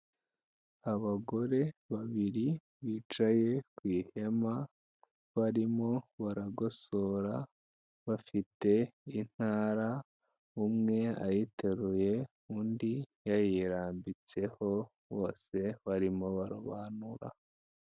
Abagore babiri bicaye ku ihema, barimo baragosora, bafite intara, umwe ayiteruye, undi yayirambitseho, bose barimo barobanura.